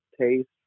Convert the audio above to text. taste